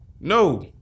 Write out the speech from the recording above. No